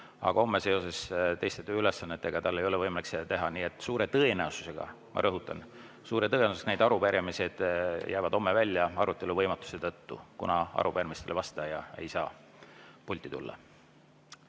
aga homme seoses teiste tööülesannetega tal ei ole võimalik seda teha. Nii et suure tõenäosusega – ma rõhutan: suure tõenäosusega – need arupärimised jäävad homme välja arutelu võimatuse tõttu, kuna arupärimisele vastaja ei saa pulti